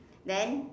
then